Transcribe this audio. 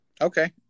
Okay